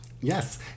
Yes